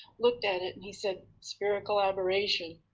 looked at it, and he said spherical aberration.